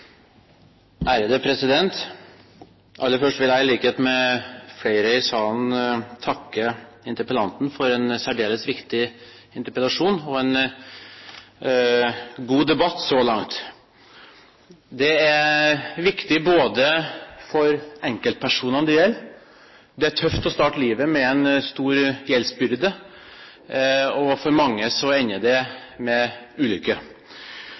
på nett. Aller først vil jeg i likhet med flere i salen takke interpellanten for en særdeles viktig interpellasjon og en god debatt så langt. Det er viktig både for de enkeltpersonene det gjelder – det er tøft å starte livet med en stor gjeldsbyrde, og for mange ender det med ulykke